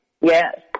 Yes